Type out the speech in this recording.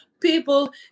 people